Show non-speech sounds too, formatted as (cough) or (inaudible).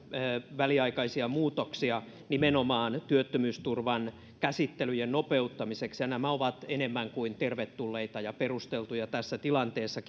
väliaikaisia muutoksia nimenomaan työttömyysturvan käsittelyjen nopeuttamiseksi ja nämä ovat enemmän kuin tervetulleita ja perusteltuja tässä tilanteessa (unintelligible)